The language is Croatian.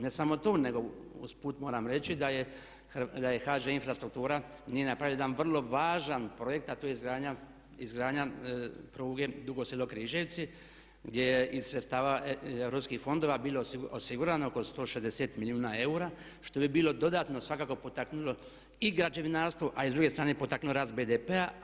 Ne samo to, nego usput moram reći da je HŽ Infrastruktura nije napravila jedan vrlo važan projekt, a to je izgradnja pruge Dugo Selo – Križevci, gdje je iz sredstava europskih fondova bilo osigurano oko 160 milijuna eura što bi bilo dodatno svakako potaknulo i građevinarstvo, a i s druge strane potaknulo rast BDP-a.